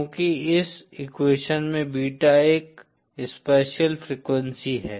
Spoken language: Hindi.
क्योंकि इस एक्वेशन में बीटा एक स्पेसिअल फ्रीक्वेंसी है